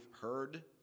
heard